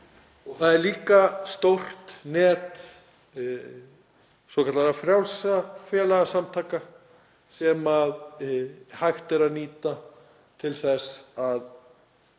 Það er líka stórt net svokallaðra frjálsra félagasamtaka sem hægt er að nýta til þess að